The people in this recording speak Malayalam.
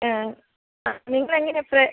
ആ നിങ്ങൾ എങ്ങനെയാ ഫ്ര